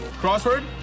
Crossword